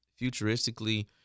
futuristically